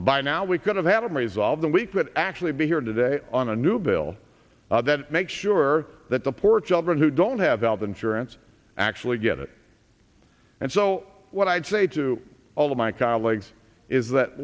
differences by now we could have had i'm resolved and we could actually be here today on a new bill that makes sure that the poor children who don't have health insurance actually get it and so what i'd say to all of my colleagues is that